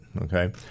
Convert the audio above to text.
okay